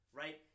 right